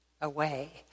away